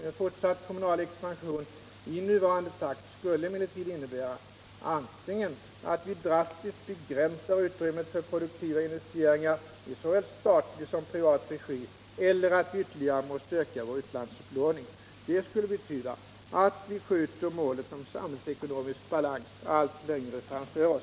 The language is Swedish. En fortsatt kommunal expansion i nuvarande takt skulle emellertid innebära antingen att vi drastiskt begränsar utrymmet för produktiva investeringar i såväl statlig som privat regi eller att vi ytterligare måste öka vår utlandsupplåning. Det skulle betyda att vi skjuter målet om samhällsekonomisk balans allt längre framför oss.